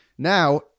Now